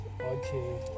Okay